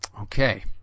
Okay